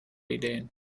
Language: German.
ideen